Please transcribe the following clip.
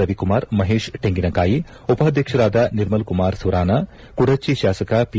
ರವಿಕುಮಾರ್ ಮಹೇಶ್ ಟೆಂಗಿನಕಾಯಿ ಉಪಾಧ್ವಕ್ಷರಾದ ನಿರ್ಮಲ್ ಕುಮಾರ್ ಸುರಾನ ಕುಡಚಿ ಶಾಸಕ ಪಿ